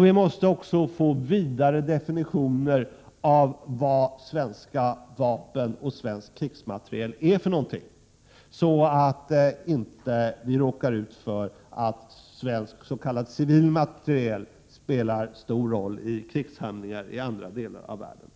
Vi måste också få vidare definitioner av vad svenska vapen och svensk krigsmateriel är, så att vi inte råkar ut för att svensk s.k. civil materiel spelar en stor roll i krigshandlingar i andra delar av världen.